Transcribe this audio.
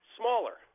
smaller